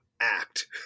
act